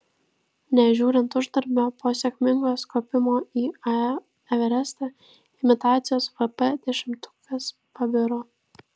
nežiūrint uždarbio po sėkmingos kopimo į ae everestą imitacijos vp dešimtukas pabiro